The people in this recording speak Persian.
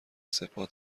سپاه